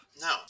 No